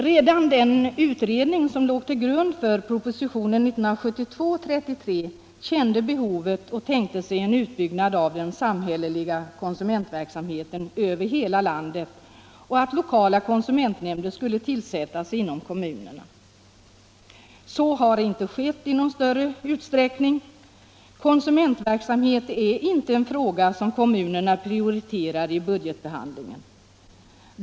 Redan den utredning som låg till grund för proposition 1972:33 kände behovet och tänkte sig en utbyggnad av den samhälleliga konsumentverksamheten över hela landet; lokala konsumentnämnder skulle tillsättas inom kommunerna. Så har inte skett i någon större utsträckning. Konsumentverksamhet är inte något som kommunerna prioriterar i budgetbehandlingen.